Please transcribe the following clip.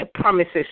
promises